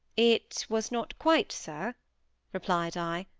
it was not quite, sir replied i,